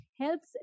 helps